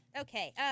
Okay